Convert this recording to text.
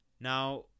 Now